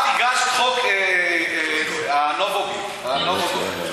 את הגשת את חוק הנובוגיק, הנובוביק.